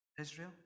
israel